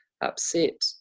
upset